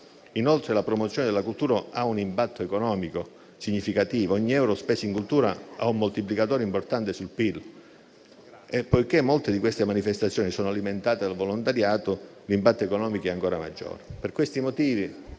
Inoltre, la promozione della cultura ha un impatto economico significativo: ogni euro speso in cultura ha un moltiplicatore importante sul PIL e, poiché molte di queste manifestazioni sono alimentate dal volontariato, l'impatto economico è ancora maggiore.